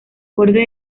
borde